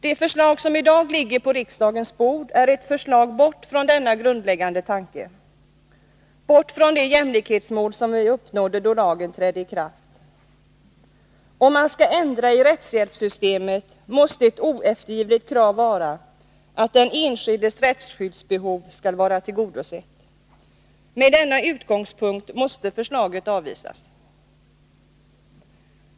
Det förslag som i dag ligger på riksdagens bord är ett förslag bort från denna grundläggande tanke, bort från de jämlikhetsmål som vi uppnådde då lagen trädde i kraft. Om man skall ändra i rättshjälpssystemet måste ett oeftergivligt krav vara att den enskildes rättsskyddsbehov skall vara tillgodosett. Med denna utgångspunkt måste förslaget avvisas.